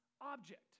object